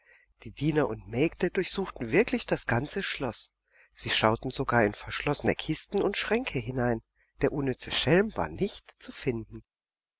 die diener und mägde durchsuchten wirklich das ganze schloß sie schauten sogar in verschlossene kisten und schränke hinein der unnütze schelm war nicht zu finden